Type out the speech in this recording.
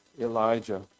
Elijah